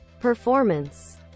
performance